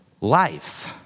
life